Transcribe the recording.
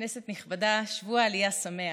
כנסת נכבדה, שבוע עלייה שמח.